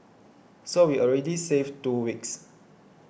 so we already save two weeks